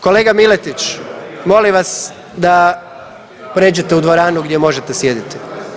Kolega Miletić, molim vas da pređete u dvoranu gdje možete sjediti.